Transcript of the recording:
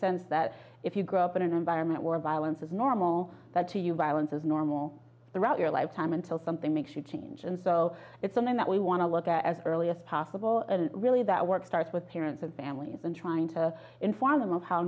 sense that if you grow up in an environment where violence is normal that to you violence is normal route your life time until something makes you change and so it's something that we want to look at as early as possible and really that work starts with parents and families and trying to inform them